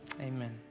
Amen